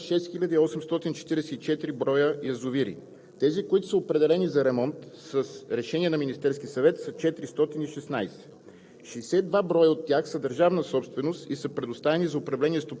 По данни на Държавната агенция по метрологичен и технически надзор в България има 6844 броя язовири. Тези, които са определени за ремонт с решение на Министерския съвет, са 416.